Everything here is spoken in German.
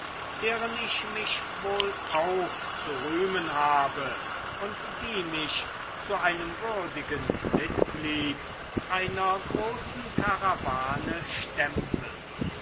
deren ich mich wohl auch zu rühmen habe und die mich zu einem würdigen mitglied dieser großen karawane stempeln